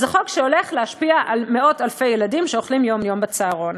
זה חוק שהולך להשפיע על מאות-אלפי ילדים שאוכלים יום-יום בצהרון.